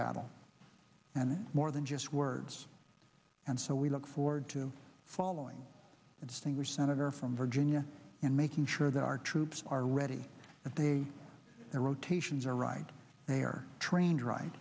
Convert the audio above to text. battle and more than just words and so we look forward to following and stinger senator from virginia and making sure that our troops are ready and they are rotations are right they are trained